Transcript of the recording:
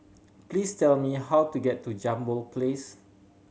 please tell me how to get to Jambol Place